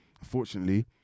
Unfortunately